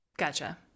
Gotcha